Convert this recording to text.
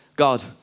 God